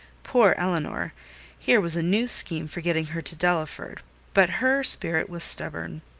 poor elinor here was a new scheme for getting her to delaford but her spirit was stubborn.